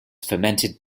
fermented